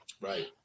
Right